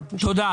תודה